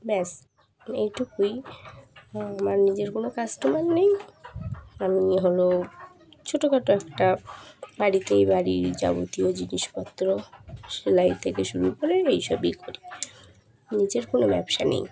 ব্যাস এইটুকুই আমার নিজের কোনো কাস্টমার নেই আমি হলো ছোটো খাটো একটা বাড়িতেই বাড়ির যাবতীয় জিনিসপত্র সেলাই থেকে শুরু করে এই সবই করি নিজের কোনো ব্যবসা নেই